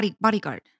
bodyguard